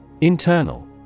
Internal